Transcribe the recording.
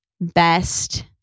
best